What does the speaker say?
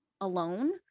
alone